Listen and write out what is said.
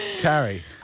Carrie